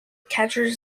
captures